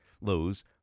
Lows